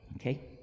Okay